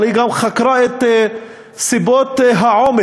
אבל היא גם חקרה את סיבות העומק